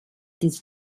this